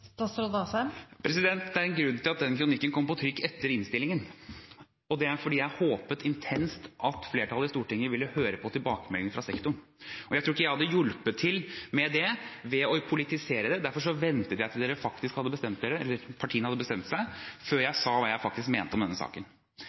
Det er en grunn til at den kronikken kom på trykk etter innstillingen, og det var fordi jeg håpet intenst at flertallet i Stortinget ville høre på tilbakemeldingene fra sektoren. Jeg tror ikke jeg hadde hjulpet til med det ved å politisere det, derfor ventet jeg til partiene hadde bestemt seg, før jeg sa hva jeg faktisk mente om denne saken.